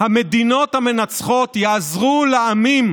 שהמדינות המנצחות יעזרו לעמים